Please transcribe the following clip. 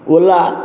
ola